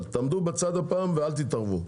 תעמדו בצד ואל תתערבו.